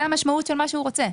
זה המשמעות של מה שהוא רוצה,